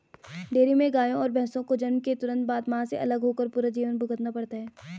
dairy में गायों और भैंसों को जन्म के तुरंत बाद, मां से अलग होकर पूरा जीवन भुगतना पड़ता है